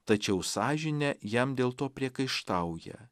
tačiau sąžinė jam dėl to priekaištauja